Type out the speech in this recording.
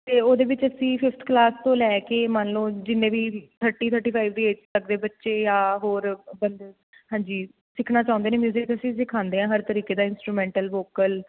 ਅਤੇ ਉਹਦੇ ਵਿੱਚ ਅਸੀਂ ਫਿਫਥ ਕਲਾਸ ਤੋਂ ਲੈ ਕੇ ਮੰਨ ਲਉ ਜਿੰਨੇ ਵੀ ਥਰਟੀ ਥਰਟੀ ਫਾਈਵ ਦੀ ਏਜ਼ ਤੱਕ ਦੇ ਬੱਚੇ ਜਾਂ ਹੋਰ ਹਾਂਜੀ ਸਿੱਖਣਾ ਚਾਹੁੰਦੇ ਨੇ ਮਿਊਜ਼ਿਕ ਅਸੀਂ ਸਿਖਾਉਂਦੇ ਹਾਂ ਹਰ ਤਰੀਕੇ ਦਾ ਇੰਸਟਰੂਮੈਂਟਲ ਵੋਕਲ